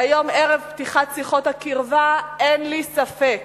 והיום, ערב פתיחת שיחות הקרבה, אין לי ספק